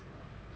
包包